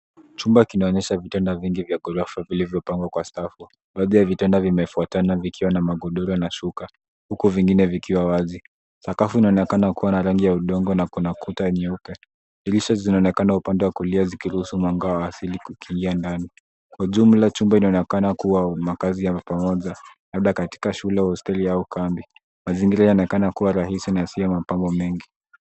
Chumba kinaonyesha vitanda vingi vya ghorofa vilivyo pangwa kwa stafu. Baadhi ya vitanda vimefuatana vikiwa na magodoro na shuka, huku vingine vikiwa wazi. sakafu inaonekana akiwa na rangi ya udongo na kuna kuta nyeupe. Dirisha zinaonekana upande wa kulia zikiruhusu mwanga wa asili kuingia ndani. Kwa jumla chumba kinaonekana kuwa makazi ya pamoja labda akatika shule, hosteli au kambi. Mazingira yanaonekana kuwa rahisi na isiyo na mapambo mengi.